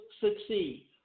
succeed